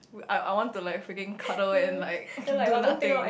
we I I want to like freaking cuddle and like do nothing